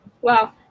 Wow